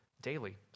daily